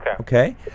Okay